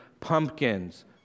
pumpkins